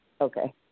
Okay